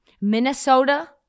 Minnesota